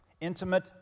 intimate